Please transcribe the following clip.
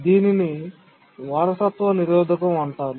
దీనిని వారసత్వ నిరోధకం అంటారు